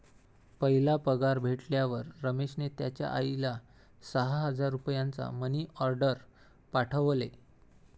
पहिला पगार भेटल्यावर रमेशने त्याचा आईला सहा हजार रुपयांचा मनी ओर्डेर पाठवले